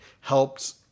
helps